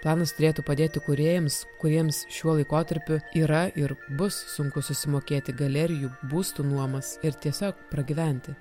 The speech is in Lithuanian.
planas turėtų padėti kūrėjams kuriems šiuo laikotarpiu yra ir bus sunku susimokėti galerijų būstų nuomas ir tiesiog pragyventi